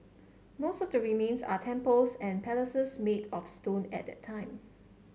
most of the remains are temples and palaces made of stone at that time